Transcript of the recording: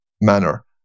manner